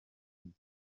kimwe